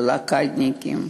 בלוקדניקים,